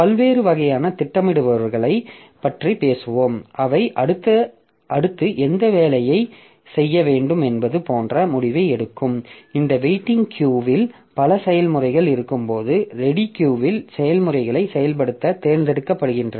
பல்வேறு வகையான திட்டமிடுபவர்களைப் பற்றி பேசுவோம் அவை அடுத்து எந்த வேலையைச் செய்ய வேண்டும் என்பது போன்ற முடிவை எடுக்கும் இந்த வெயிட்டிங் கியூ இல் பல செயல்முறைகள் இருக்கும்போது ரெடி கியூ இல் செயல்முறைகளை செயல்படுத்த தேர்ந்தெடுக்கப்படுகின்றன